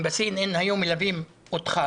אם ב-CNN היו מלווים אותך